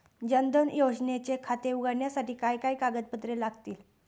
जनधन योजनेचे खाते उघडण्यासाठी काय काय कागदपत्रे लागतील?